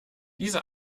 diese